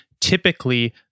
typically